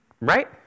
Right